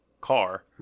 car